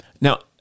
Now